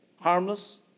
harmless